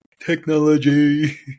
technology